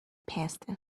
pasta